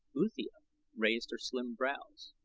uthia raised her slim brows.